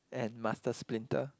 and master splinter